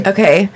Okay